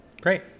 Great